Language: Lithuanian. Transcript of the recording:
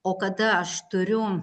o kada aš turiu